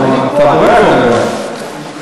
אתה בורח לי, אני רואה.